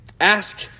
Ask